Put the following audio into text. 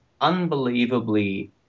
unbelievably